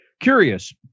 curious